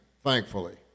thankfully